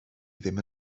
ddim